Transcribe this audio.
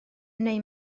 neu